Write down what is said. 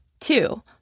Two